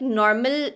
normal